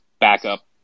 backup